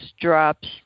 drops